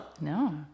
No